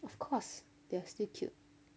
of course they are still cute